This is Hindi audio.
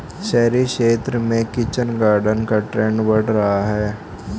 शहरी क्षेत्र में किचन गार्डन का ट्रेंड बढ़ रहा है